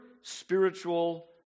spiritual